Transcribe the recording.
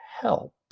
help